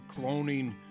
cloning